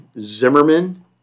Zimmerman